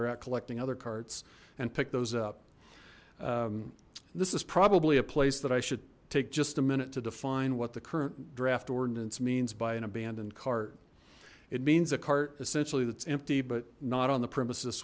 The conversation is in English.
they're out collecting other carts and pick those up this is probably a place that i should take just a minute to define what the current draft ordinance means by an abandoned cart it means a cart essentially that's empty but not on the premises